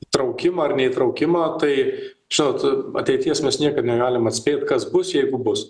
įtraukimą ar neįtraukimą tai žinot ateities mes niekad negalim atspėt kas bus jeigu bus